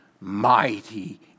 mighty